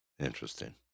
Interesting